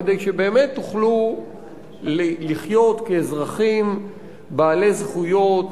כדי שבאמת תוכלו לחיות כאזרחים בעלי זכויות,